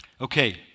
Okay